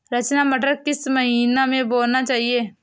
रचना मटर किस महीना में बोना चाहिए?